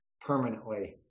permanently